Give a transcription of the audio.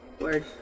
Word